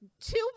two